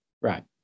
Right